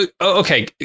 Okay